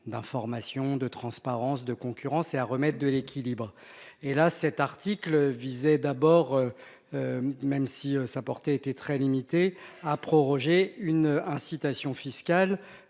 d'informations, de transparence, de concurrence et à remettre de l'équilibre et là cet article visait d'abord. Même si sa portée était très limité à proroger une incitation fiscale.